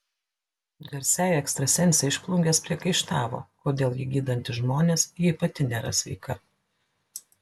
garsiai ekstrasensei iš plungės priekaištavo kodėl ji gydanti žmonės jei pati nėra sveika